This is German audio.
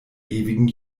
ewigen